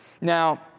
Now